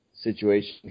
situation